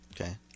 okay